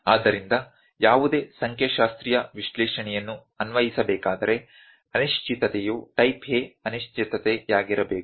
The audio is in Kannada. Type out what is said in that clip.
ಆದ್ದರಿಂದ ಯಾವುದೇ ಸಂಖ್ಯಾಶಾಸ್ತ್ರೀಯ ವಿಶ್ಲೇಷಣೆಯನ್ನು ಅನ್ವಯಿಸಬೇಕಾದರೆ ಅನಿಶ್ಚಿತತೆಯು ಟೈಪ್ A ಅನಿಶ್ಚಿತತೆಯಾಗಿರಬೇಕು